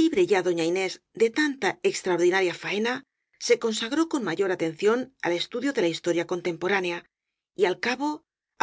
libre ya doña inés de tanta extraordinaria faena se consagró con mayor atención al estudio de la historia contemporánea y al cabo